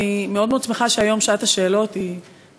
אני מאוד מאוד שמחה שהיום שעת השאלות ממוקדת,